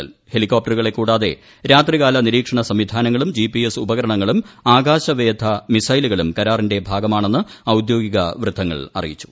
കരാർ മുന്നോട്ടു ഹെലികോപ്ടറുകളെ കൂടാതെ രാത്രികാല നിരീക്ഷണ സംവിധാനങ്ങളും ജി പി എസ് ഉപകരണങ്ങളും ആകാശവേധ മിസൈലുകളും കരാറിന്റെ ഭാഗമാണെന്ന് ഔദ്യോഗിക വൃത്തങ്ങൾ അറിയിച്ചു